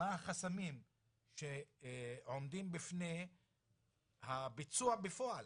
מה החסמים שעומדים בפני הביצוע בפועל,